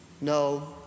No